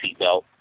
seatbelt